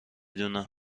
دونم